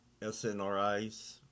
SNRIs